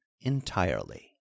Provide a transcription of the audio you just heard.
entirely